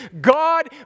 God